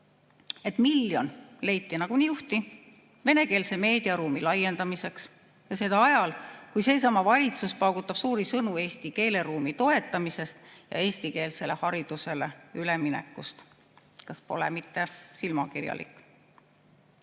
niuhti leiti miljon venekeelse meediaruumi laiendamiseks – ajal, kui seesama valitsus paugutab suuri sõnu eesti keeleruumi toetamisest ja eestikeelsele haridusele üleminekust. Kas pole mitte silmakirjalik?